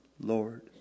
Lord